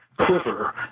quiver